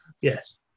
Yes